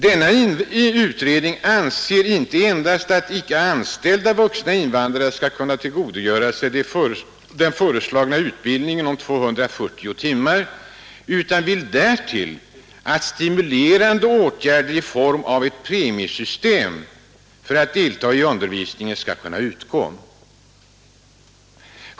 Denna utredning anser inte endast att icke anställda vuxna invandrare skall kunna tillgodogöra sig den föreslagna utbildningen om 240 timmar, utan vill därtill att stimulerande åtgärder skall kunna vidtagas i form av ett premiesystem för dem som deltar i undervisningen.